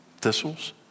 thistles